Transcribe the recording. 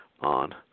on